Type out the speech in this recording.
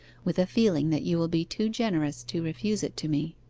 with a feeling that you will be too generous to refuse it to me.